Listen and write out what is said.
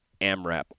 AMRAP